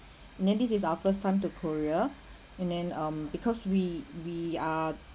and then this is our first time to korea and then um because we we are